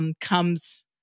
comes